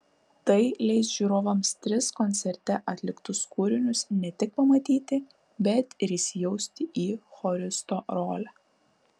tai leis žiūrovams tris koncerte atliktus kūrinius ne tik pamatyti bet ir įsijausti į choristo rolę